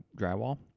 drywall